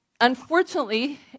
unfortunately